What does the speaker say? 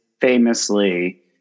famously